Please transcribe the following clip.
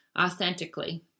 authentically